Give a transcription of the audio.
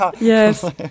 Yes